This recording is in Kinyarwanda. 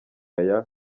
aya